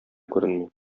күренми